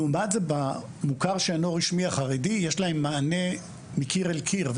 לעומת זאת במוכר שאינו רשמי החרדי יש להם מענה מקיר לקיר,